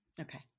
Okay